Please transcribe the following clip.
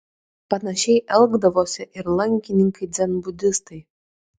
panašiai elgdavosi ir lankininkai dzenbudistai